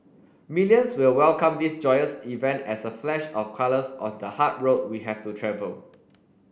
millions will welcome this joyous event as a flash of colours on the hard road we have to travel